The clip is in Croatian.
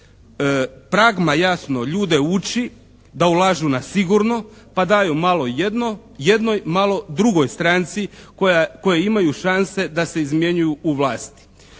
Pragma, jasno, ljude uči da ulažu na sigurno pa daju malo jednoj malo drugoj stranci koje imaju šanse da se izmjenjuju u vlasti.